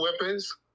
weapons